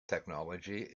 technology